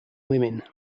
women